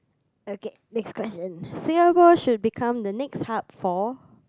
okay next question Singapore should become the next hub for